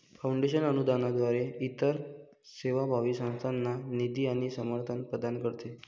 foundation अनुदानाद्वारे इतर सेवाभावी संस्थांना निधी आणि समर्थन प्रदान करते